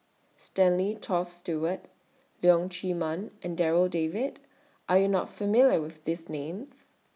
Stanley Toft Stewart Leong Chee Mun and Darryl David Are YOU not familiar with These Names